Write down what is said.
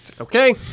Okay